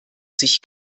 sich